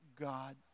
God